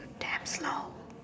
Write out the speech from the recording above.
damn slow